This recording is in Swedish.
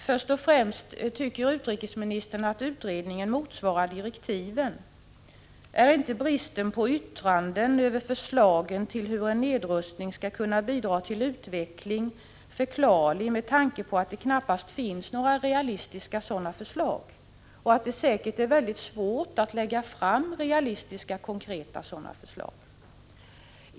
Först och främst: Tycker utrikesministern att utredningen motsvarar direktiven? Är inte bristen på yttranden över förslagen till hur en nedrustning skulle kunna bidra till utveckling förklarlig med tanke på att det knappast — Prot. 1985/86:47 finns några realistiska sådana förslag och att det säkert är mycket svårt att 9 december 1985 lägga fram realistiska konkreta sådana förslag?